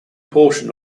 portion